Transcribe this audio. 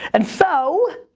and so,